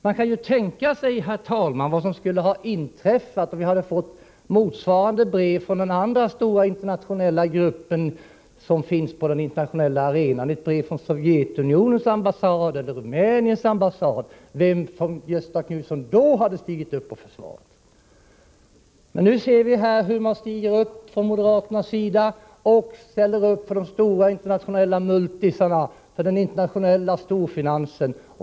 Man kan tänka sig, herr talman, vad som skulle ha inträffat om vi hade fått motsvarande brev från den andra stora gruppen på den internationella arenan — ett brev från Sovjetunionens ambassad eller från Rumäniens ambassad — och vem Göthe Knutson då hade stigit upp och försvarat. Men nu ser vi här hur man från moderaternas sida ställer upp för de internationella ”multisarna”, för den internationella storfinansen.